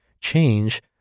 change